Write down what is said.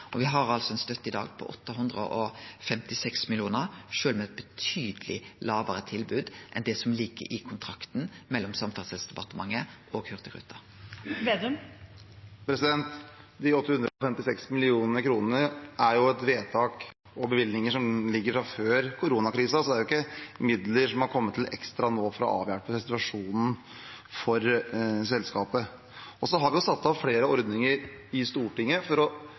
har altså ei støtte i dag på 856 mill. kr, sjølv med eit betydeleg lågare tilbod enn det som ligg i kontrakten mellom Samferdselsdepartementet og Hurtigruten. De 856 mill. kr er jo et vedtak og bevilgninger som ligger fra før koronakrisen, så det er jo ikke midler som har kommet ekstra nå for å avhjelpe situasjonen for selskapet. Og så har vi jo fått på plass flere ordninger i Stortinget for å